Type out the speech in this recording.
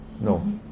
No